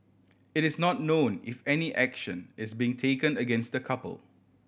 it is not known if any action is being taken against the couple